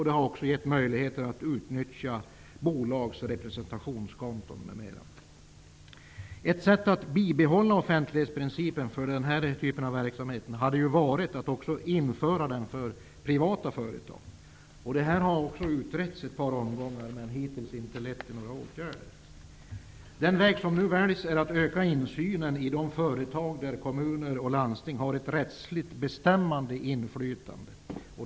Den har också gett möjligheter att t.ex. utnyttja bolags representationskonton. Ett sätt att bibehålla offentlighetsprincipen för den här typen av verksamhet skulle ha varit att införa principen även för privata företag. Det har utretts i ett par omgångar, men det har hittills inte lett till några åtgärder. Den väg som nu väljs innebär att man ökar insynen i de företag där kommuner och landsting har ett rättsligt bestämmande inflytande.